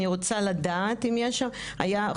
אני רוצה לדעת אם היה חומר